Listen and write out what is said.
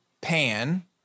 pan